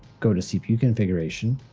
go to cpu configuration,